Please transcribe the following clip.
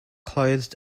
closed